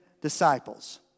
disciples